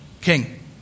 king